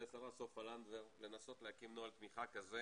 השרה סופה לנדבר לנסות להקים נוהל תמיכה כזה